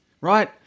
right